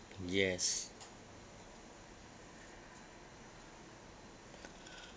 yes